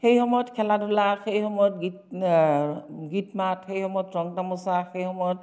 সেই সময়ত খেলা ধূলা সেই সময়ত গীত গীত মাত সেই সময়ত ৰং তামোছা সেই সময়ত